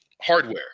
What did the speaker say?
hardware